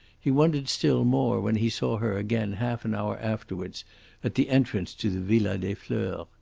he wondered still more when he saw her again half an hour afterwards at the entrance to the villa des fleurs.